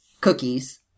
cookies